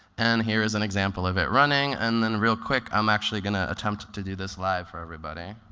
and here is an example of it running. and then real quick i'm actually going to attempt to do this live for everybody.